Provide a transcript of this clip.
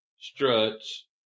Struts